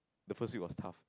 the first week was tough